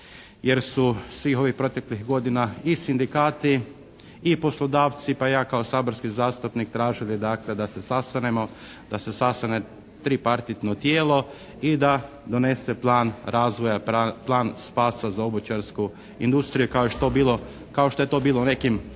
Jer su svih ovih proteklih godina i sindikati i poslodavci pa i ja kao saborski zastupnik tražili dakle da se sastanemo. Da se sastane tripartitno tijelo i da donese plan razvoja, plan spasa za obućarsku industriju kao što je bilo, kao